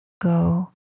go